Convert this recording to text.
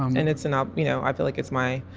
and it's an art you know i feel like it's my